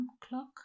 clock